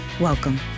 welcome